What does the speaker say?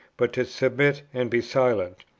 but to submit and be silent,